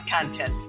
content